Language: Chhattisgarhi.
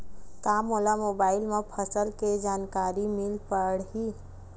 का मोला मोबाइल म फसल के जानकारी मिल पढ़ही?